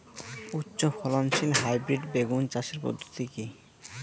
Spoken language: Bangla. উচ্চ ফলনশীল হাইব্রিড বেগুন চাষের পদ্ধতি কী?